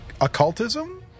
occultism